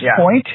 point